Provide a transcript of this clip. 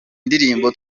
ndirimbo